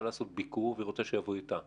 לעשות ביקור והיא רוצה שאותו עובד סוציאלי יבוא אתה.